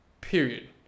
period